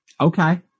Okay